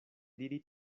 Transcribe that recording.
diri